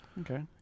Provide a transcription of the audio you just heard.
Okay